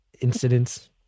incidents